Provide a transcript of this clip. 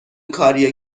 کاریه